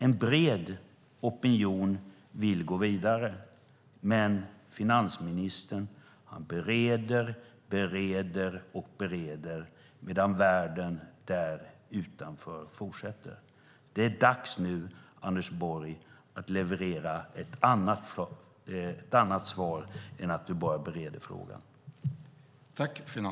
En bred opinion vill gå vidare, men finansministern bereder, bereder och bereder medan världen där utanför fortsätter. Det är dags nu, Anders Borg, att leverera ett annat svar än att du bara bereder frågan.